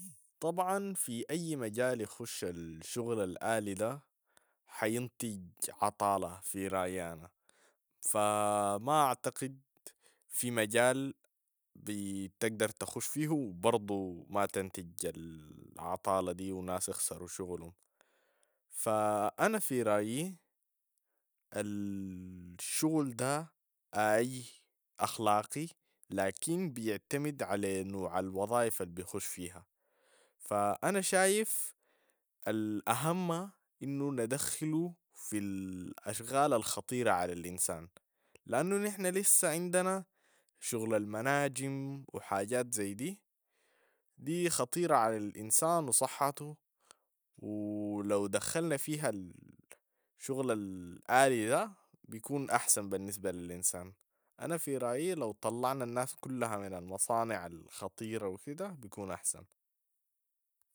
طبعا في اي مجال يخش الشغل الآلي ده حينتج عطالة في رأيي انا، ف- ما أعتقد في مجال بتقدر تخش فيهو و برضو ما تنتج العطالة دي و ناس يخسروا شغلهم، ف- أنا في رأيي ال- شغل ده آي أخلاقي، لكن بيعتمد على نوع الوظائف البخش فيها، فانا شايف الاهم انو ندخلوا في الاشغال الخطيرة على الإنسان، لأنو نحن لسه عندنا شغل المناجم و حاجات زي دي، دي خطيرة على الإنسان و صحته و لو دخلنا فيها ال- شغل ال- آلي ده بيكون أحسن بالنسبة للإنسان، أنا في رأيي لو طلعنا الناس كلها من المصانع الخطيرة و كده بيكون أحسن.